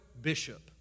bishop